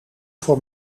voor